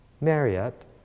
Marriott